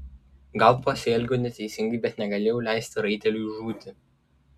gal pasielgiau neteisingai bet negalėjau leisti raiteliui žūti